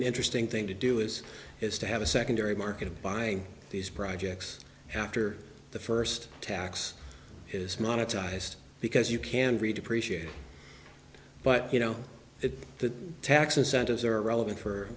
an interesting thing to do is is to have a secondary market buying these projects after the first tax is monetized because you can be depreciated but you know if the tax incentives are relevant for